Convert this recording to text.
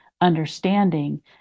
understanding